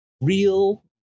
real